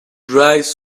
dries